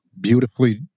beautifully